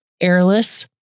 airless